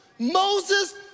Moses